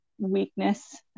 weakness